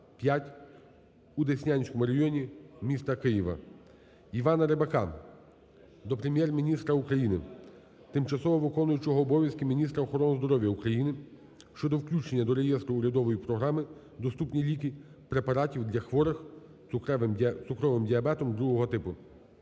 5 у Деснянському районі міста Києва. Івана Рибака до Прем'єр-міністра України, тимчасово виконуючої обов'язки міністра охорони здоров'я України щодо включення до Реєстру урядової програми "Доступні ліки" препаратів для хворих цукровим діабетом ІІ типу.